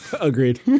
Agreed